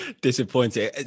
Disappointing